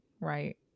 Right